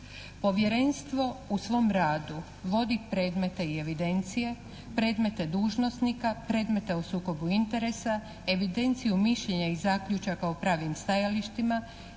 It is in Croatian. Povjerenstvo u svom radu vodi predmete i evidencije, predmete dužnosnika, predmete o sukobu interesa, evidencije o mišljenja i zaključaka o pravim stajalištima,